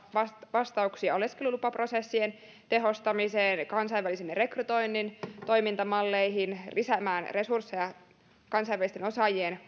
vastauksia oleskelulupaprosessien tehostamiseen kansainvälisen rekrytoinnin toimintamalleihin ja lisäämään resursseja kansainvälisten osaajien